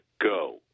go